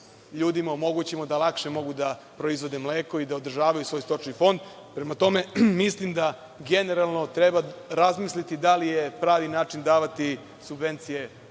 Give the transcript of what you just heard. ljudima omogućimo da lakše mogu da proizvode mleko i da održavaju svoj stočni fond. Prema tome, mislim da generalno treba razmisliti da li je pravi način davati subvencije